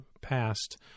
past